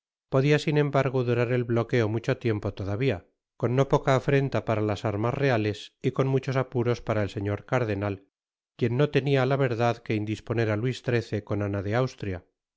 podia sin embargo durar el bloqueo mucho tiempo todavia con no poca afrenta para las armas reales y con muchos apuros para el señor cardenal qnien no tenia á la verdad que indisponer á luis xiii con ana de austria